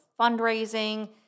fundraising